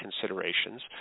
considerations